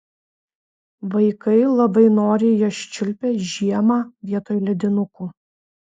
vaikai labai noriai jas čiulpia žiemą vietoj ledinukų